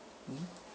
mmhmm